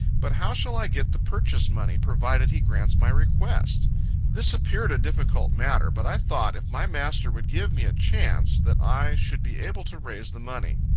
but how shall i get the purchase money, provided he grants my request this appeared a difficult matter, but i thought if my master would give me a chance, that i should be able to raise the money.